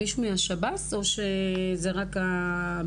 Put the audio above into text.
מישהו מהשב"ס או שזה רק הבט"פ?